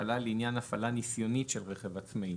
הפעלה לעניין הפעלה ניסיונית של רכב עצמאי,